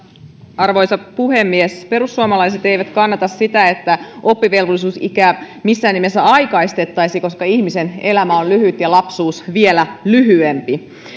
arvoisa puhemies perussuomalaiset eivät kannata sitä että oppivelvollisuusikää missään nimessä aikaistettaisiin koska ihmisen elämä on lyhyt ja lapsuus vielä lyhyempi